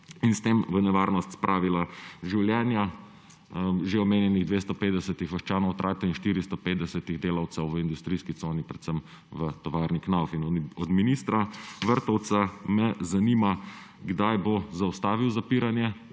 in s tem v nevarnost spravila življenja že omenjenih 250 vaščanov Trate in 450 delavcev v industrijski coni, predvsem v tovarni Knauf. Minister Vrtovec, zanima me: Kdaj boste zaustavili zapiranje